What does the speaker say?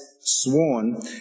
sworn